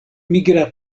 migra